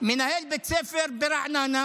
מנהל בית ספר ברעננה